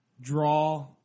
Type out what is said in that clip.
draw